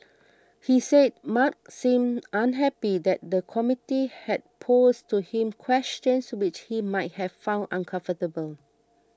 he said Mark seemed unhappy that the committee had posed to him questions which he might have found uncomfortable